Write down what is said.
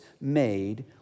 made